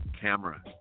camera